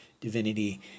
divinity